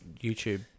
YouTube